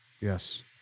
Yes